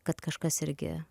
kad kažkas irgi